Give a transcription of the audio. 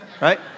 right